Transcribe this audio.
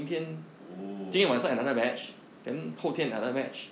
oh